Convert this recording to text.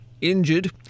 injured